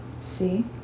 See